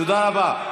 תודה רבה.